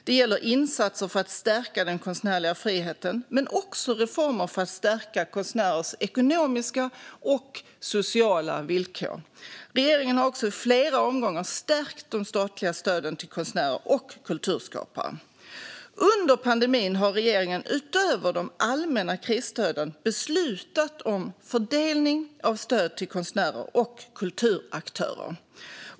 Det gäller insatser för att stärka den konstnärliga friheten men också reformer för att stärka konstnärernas ekonomiska och sociala villkor. Regeringen har också i flera omgångar stärkt de statliga stöden till konstnärer och kulturskapare. Under pandemin har regeringen utöver de allmänna krisstöden beslutat om fördelning av stöd till konstnärer och kulturaktörer.